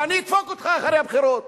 ואני אדפוק אותך אחרי הבחירות.